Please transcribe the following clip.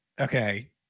okay